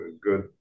good